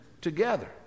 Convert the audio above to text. together